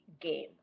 game